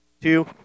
Two